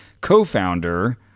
co-founder